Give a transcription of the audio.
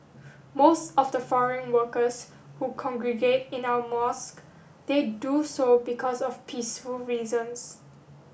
most of the foreign workers who congregate in our mosque they do so because of peaceful reasons